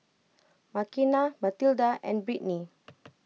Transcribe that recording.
Makena Mathilda and Britni